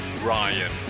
Ryan